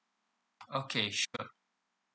okay sure